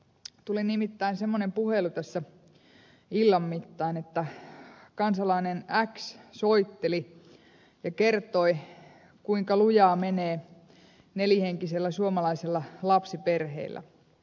tuli nimittäin semmoinen puhelu tässä illan mittaan että kansalainen x soitteli ja kertoi kuinka lujaa menee nelihenkisellä suomalaisella lapsiperheellä